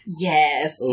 Yes